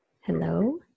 Hello